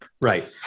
Right